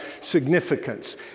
significance